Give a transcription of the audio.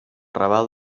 raval